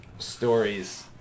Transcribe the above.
Stories